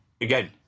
again